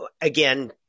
Again